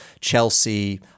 Chelsea